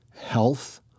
health